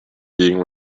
being